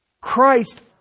Christ